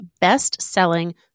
best-selling